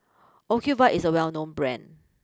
Ocuvite is a well known Brand